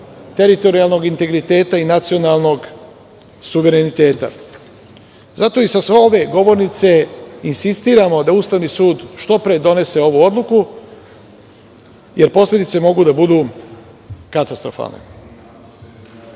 teritorijalnog integriteta i nacionalnog suvereniteta zato i sa ove govornice insistiramo da Ustavni sud što pre donese ovu odluku, jer posledice mogu da budu katastrofalne. Što